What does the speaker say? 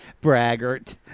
Braggart